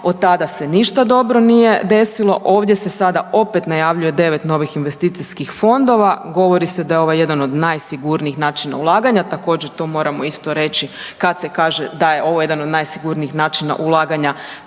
od tada se ništa dobro nije desilo. Ovdje se sada opet najavljuje 9 novih investicijskih fondova, govori se da je ovo jedan od najsigurnijih načina ulaganja. Također to moramo isto reći kad se kaže da ovo jedan od najsigurnijih načina ulaganja